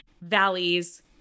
valleys